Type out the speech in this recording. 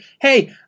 hey